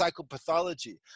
psychopathology